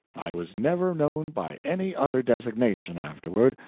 i was never known by any other designation afterward,